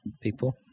people